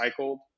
recycled